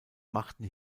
machten